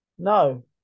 No